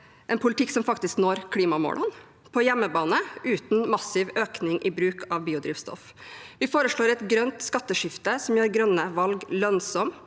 en politikk som faktisk når klimamålene på hjemmebane uten massiv økning i bruk av biodrivstoff. Vi foreslår et grønt skatteskifte som gjør grønne valg lønnsomme.